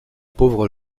pauvres